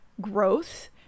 growth